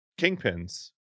kingpins